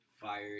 fired